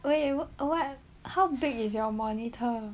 wait what how big is your monitor